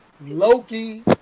Loki